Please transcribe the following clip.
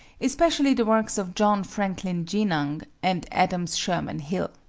especially the works of john franklin genung and adams sherman hill.